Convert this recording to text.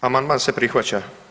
Amandman se prihvaća.